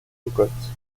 cocottes